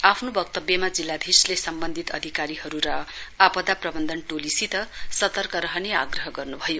आफ्नो वक्तव्यमा जिल्लाधीशले सम्बन्धित अधिकारीहरू र आपदा प्रबन्धन टोलीसित सतर्क रहने आग्रह गर्नुभयो